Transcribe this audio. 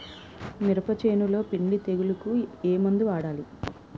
మినప చేనులో పిండి తెగులుకు ఏమందు వాడాలి?